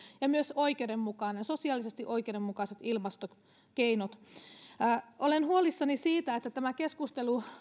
ja myös sosiaalisesti oikeudenmukaiset ilmastokeinot tänne suomen hallituksen keskiöön olen huolissani siitä että tämä keskustelu